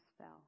fell